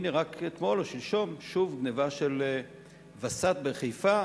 הנה, רק אתמול או שלשום שוב גנבה של וסת בחיפה,